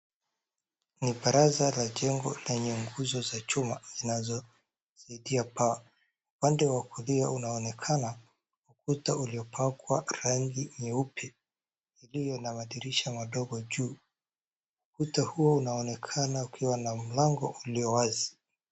Ni baraza la jengo lenye nguzo za chuma zinazosaidia paa. Upande wa kulia unaonekana ukuta uliopakwa rangi nyeupe iliyo na madirisha madogo juu. Ukuta huo unaonekana ukiwa na mlango ulio wazi.